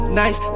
nice